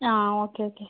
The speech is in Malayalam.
ആ ഓക്കെ ഓക്കെ